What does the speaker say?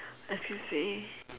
as you say